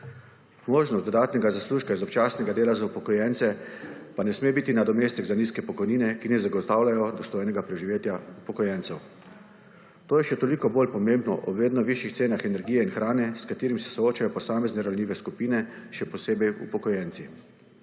Možnost dodatnega zaslužka iz občasnega dela za upokojence pa ne sme biti nadomestek za nizke pokojnine, ki ne zagotavljajo dostojnega preživetja upokojencev. To je še toliko bolj pomembno ob vedno višjih cenah energije in hrane, s katerimi se soočajo posamezne ranljive skupine, še posebej upokojenci.